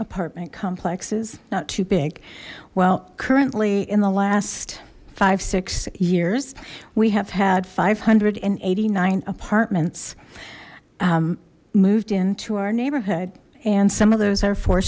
apartment complexes not too big well currently in the last five six years we have had five hundred and eighty nine apartments moved into our neighborhood and some of those are four